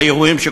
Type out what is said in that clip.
מהאירועים,